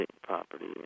property